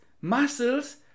muscles